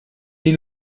die